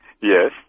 Yes